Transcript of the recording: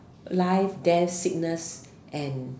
life death sickness and